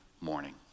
morning